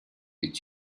est